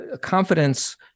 confidence